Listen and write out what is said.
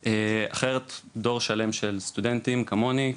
כי אחרת, דור שלם של סטודנטים וסטודנטיות כמוני,